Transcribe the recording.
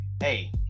Hey